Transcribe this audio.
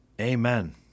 Amen